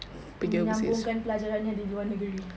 menyambungkan pelajarannya di luar negeri